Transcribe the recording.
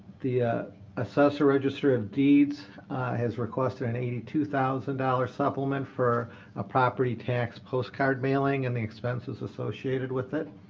the ah assessor register of deeds has requested an eighty two thousand dollars supplement for a property tax postcard mailing and the expenses associated with it.